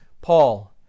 Paul